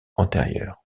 antérieures